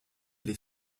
les